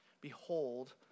behold